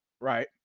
right